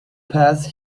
path